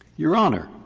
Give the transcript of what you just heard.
your honor,